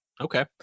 Okay